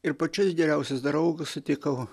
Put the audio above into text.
ir pačius geriausius draugus sutikau